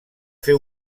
fer